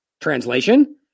translation